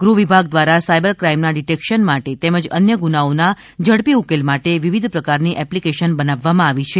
ગૃહ વિભાગ દ્વારા સાયબર ક્રાઇમના ડીટેક્શન માટે તેમજ અન્ય ગુનાઓના ઝડપી ઉકેલ માટે વિવિધ પ્રકારની એપ્લીકેશન બનાવવામાં આવી છે